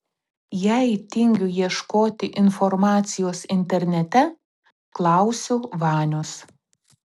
jei tingiu ieškoti informacijos internete klausiu vanios